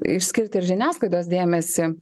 išskirti ir žiniasklaidos dėmesį